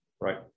right